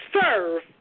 serve